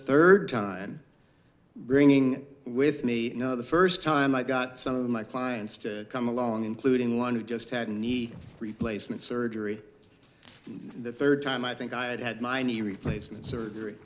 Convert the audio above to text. third time bringing with me you know the first time i got some of my clients to come along including one who just had a knee replacement surgery the third time i think i had had my knee replacement surgery